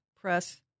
Press